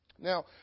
Now